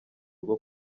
rwo